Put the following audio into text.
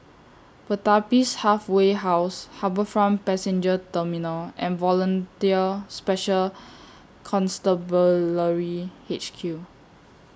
Pertapis Halfway House HarbourFront Passenger Terminal and Volunteer Special Constabulary H Q